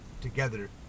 together